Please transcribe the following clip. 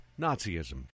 nazism